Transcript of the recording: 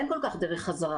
אין כל כך דרך חזרה.